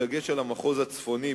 בדגש על המחוז הצפוני,